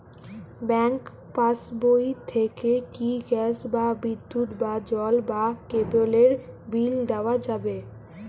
Bank পাশবই থেকে কি গ্যাস বা বিদ্যুৎ বা জল বা কেবেলর বিল দেওয়া যাবে?